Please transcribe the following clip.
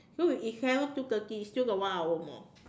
so it's haven't two thirty still got one hour more